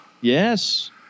Yes